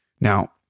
Now